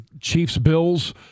Chiefs-Bills